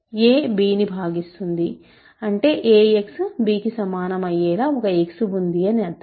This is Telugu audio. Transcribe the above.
a bని భాగిస్తుంది అంటే ax b కి సమానం అయ్యేలా ఒక x ఉంది అని అర్థం